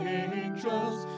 angels